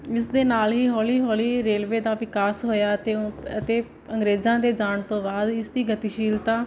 ਇਸ ਦੇ ਨਾਲ ਹੀ ਹੌਲੀ ਹੌਲੀ ਰੇਲਵੇ ਦਾ ਵਿਕਾਸ ਹੋਇਆ ਅਤੇ ਓਹ ਅਤੇ ਅੰਗਰੇਜ਼ਾਂ ਦੇ ਜਾਣ ਤੋਂ ਬਾਅਦ ਇਸ ਦੀ ਗਤੀਸ਼ੀਲਤਾ